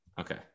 Okay